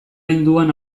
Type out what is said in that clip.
hinduan